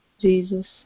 Jesus